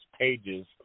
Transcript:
pages